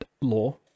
law